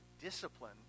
discipline